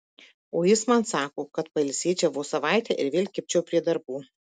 o jis man sako kad pailsėčiau vos savaitę ir vėl kibčiau prie darbų